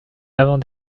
avant